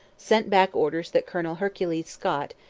sent back orders that colonel hercules scott,